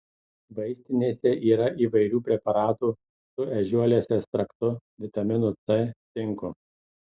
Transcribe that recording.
vaistinėse yra įvairių preparatų su ežiuolės ekstraktu vitaminu c cinku